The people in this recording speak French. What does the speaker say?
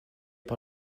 par